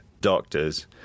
doctors